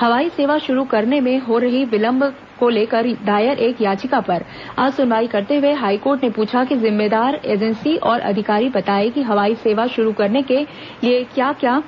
हवाई सेवा शुरू करने में हो रहे विलंब को लेकर दायर एक याचिका पर आज सुनवाई करते हुए हाईकोर्ट ने पूछा कि जिम्मेदार एजेंसी और अधिकारी बताएं कि हवाई सेवा शुरू करने के लिए क्या क्या